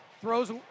throws